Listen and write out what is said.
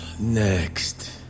Next